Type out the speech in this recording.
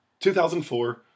2004